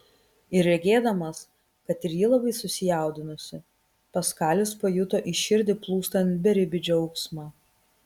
ir regėdamas kad ir ji labai susijaudinusi paskalis pajuto į širdį plūstant beribį džiaugsmą